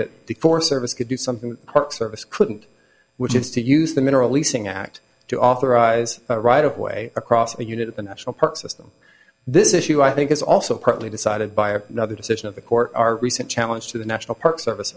that the forest service could do something park service couldn't which is to use the mineral leasing act to authorize a right of way across a unit at the national park system this issue i think is also partly decided by a nother decision of the court our recent challenge to the national park service